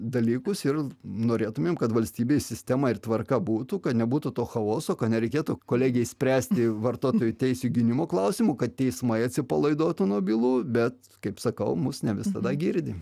dalykus ir norėtumėm kad valstybėj sistema ir tvarka būtų kad nebūtų to chaoso kad nereikėtų kolegei spręsti vartotojų teisių gynimo klausimų kad teismai atsipalaiduotų nuo bylų bet kaip sakau mus ne visada girdi